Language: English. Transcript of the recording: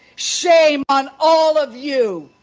shame on all of you.